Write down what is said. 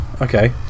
Okay